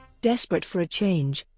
desperate for a change,